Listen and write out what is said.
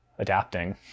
Adapting